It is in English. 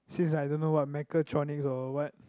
since that I don't know what mechatronics or what